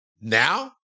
Now